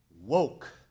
woke